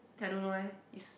I don't know eh is